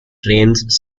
trains